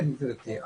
כן, גברתי.